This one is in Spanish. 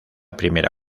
primera